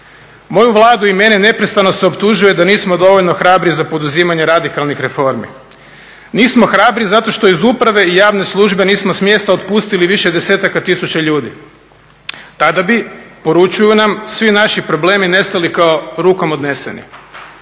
Moju Vladu i mene neprestano se optužuje da nismo dovoljno hrabri za poduzimanje radikalnih reformi. Nismo hrabri zato što iz uprave i javne službe nismo smjesta otpustili više desetaka tisuća ljudi. Tada bi poručuju nam, svi naši problemi nestali kao rukom odneseni.